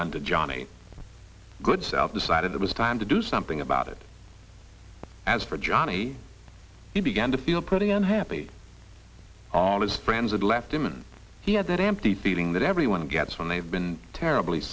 done to johnny good self decided it was time to do something about it as for johnny he began to feel pretty unhappy all his friends had left him and he had that empty feeling that everyone gets when they have been terribly